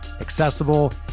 accessible